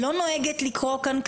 אני רוצה לצעוק.